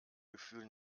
gefühl